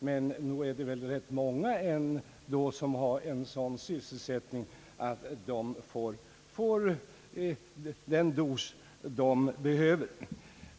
Men nog är det väl rätt många ändå som har en sådan sysselsättning att de får den motion som de behöver.